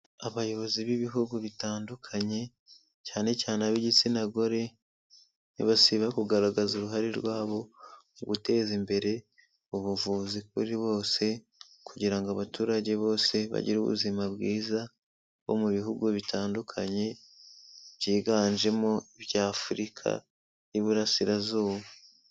Abayobozi b'ibihugu bitandukanye cyane cyane ab'igitsina gore, ntibasiba kugaragaza uruhare rwabo mu guteza imbere ubuvuzi kuri bose kugira ngo abaturage bose bagire ubuzima bwiza, bo mu bihugu bitandukanye byiganjemo iby'Afurika y'Iburasirazuba.